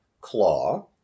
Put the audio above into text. claw